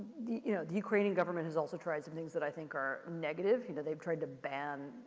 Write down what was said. the you know the ukrainian government has also tried some things that i think are negative. you know, they've tried to ban,